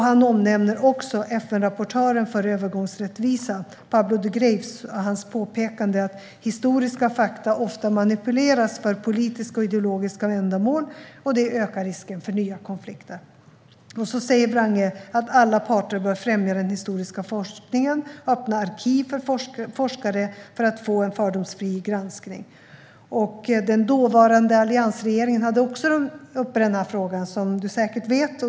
Där omnämns också FN-rapportören för övergångsrättvisa, Pablo de Greiff, och hans påpekande att historiska fakta ofta manipuleras för politiska och ideologiska ändamål, vilket ökar risken för nya konflikter. Wrange säger att alla parter bör främja den historiska forskningen och öppna arkiv för forskare, för att få en fördomsfri granskning. Den tidigare alliansregeringen hade också denna fråga uppe, som Robert Hannah säkert vet.